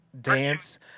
Dance